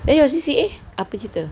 then your C_C_A apa cerita